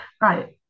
right